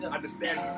understand